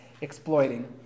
exploiting